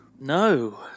No